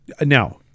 Now